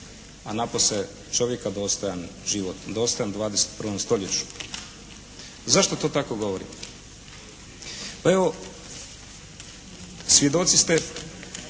a napose čovjeka dostojan život, dostojan u 21. stoljeću. Zašto to tako govorim? Pa evo svjedoci ste,